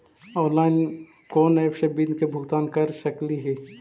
Online कोन app से bill के भुगतान कर सकली ही?